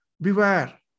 beware